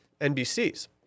NBC's